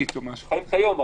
תסיים.